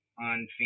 on